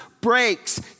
breaks